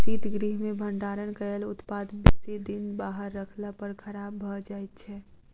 शीतगृह मे भंडारण कयल उत्पाद बेसी दिन बाहर रखला पर खराब भ जाइत छै